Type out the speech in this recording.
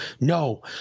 no